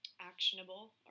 actionable